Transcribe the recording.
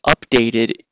updated